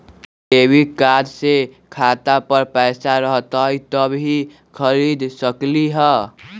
Debit card से खाता पर पैसा रहतई जब ही खरीद सकली ह?